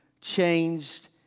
changed